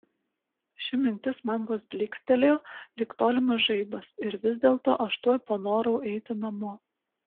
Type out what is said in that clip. ši mintis man vos blykstelėjo lyg tolimas žaibas ir vis dėlto aš tuoj panorau eiti namo